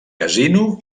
casino